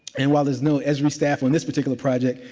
and while there's no esri staff on this particular project,